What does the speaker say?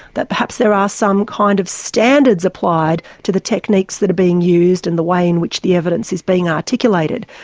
that perhaps there are some kind of standards applied to the techniques that are being used and the way in which the evidence is being articulated.